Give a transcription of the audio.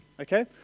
Okay